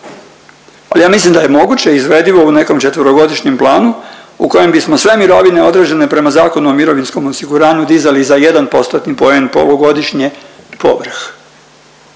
Ali ja mislim da je moguće i izvedivo u nekom četverogodišnjem planu u kojem bismo sve mirovine određene prema Zakonu o mirovinskom osiguranju dizali za 1 postotni poen polugodišnje povrh.